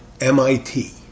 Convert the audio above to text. MIT